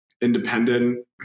independent